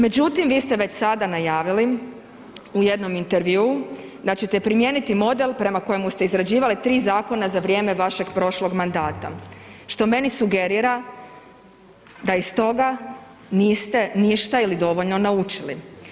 Međutim, vi ste već sada najavili u jednom intervjuu da ćete primijeniti model prema kojem ste izrađivali 3 zakona za vrijeme vašeg prošlog mandata, što meni sugerira da iz toga niste ništa ili dovoljno naučili.